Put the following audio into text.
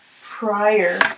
prior